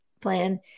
plan